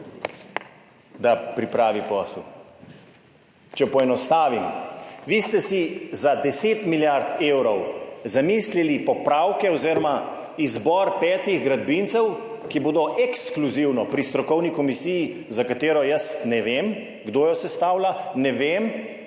da pripravi posel. Če poenostavim. Vi ste si za 10 milijard evrov zamislili popravke oziroma izbor petih gradbincev, ki bodo ekskluzivno pri strokovni komisiji, za katero jaz ne vem, kdo jo sestavlja, ne vem